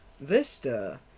Vista